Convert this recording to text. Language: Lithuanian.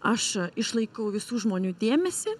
aš išlaikau visų žmonių dėmesį